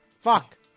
Fuck